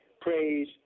Praise